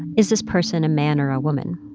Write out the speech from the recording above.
is this person a man or a woman?